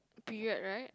period right